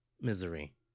Misery